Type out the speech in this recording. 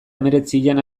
hemeretzian